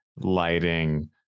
Lighting